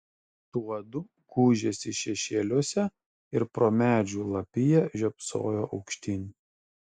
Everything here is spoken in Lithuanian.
tuodu gūžėsi šešėliuose ir pro medžių lapiją žiopsojo aukštyn